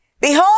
behold